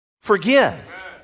forgive